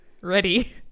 ready